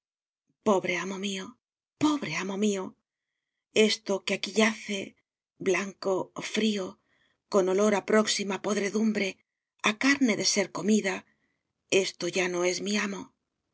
pobre amo mío pobre amo mío esto que aquí yace blanco frío con olor a próxima podredumbre a carne de ser comida esto ya no es mi amo